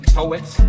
poets